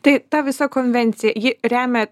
tai ta visa konvencija ji remia